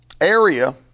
area